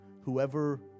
whoever